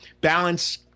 balance